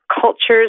cultures